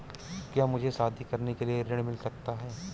क्या मुझे शादी करने के लिए ऋण मिल सकता है?